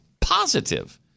positive